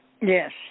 Yes